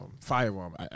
firearm